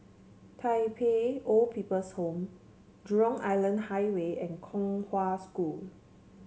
Tai Pei Old People's Home Jurong Island Highway and Kong Hwa School